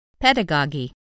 Pedagogy